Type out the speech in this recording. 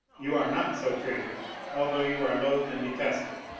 you are not so treated although you are loathed and detested,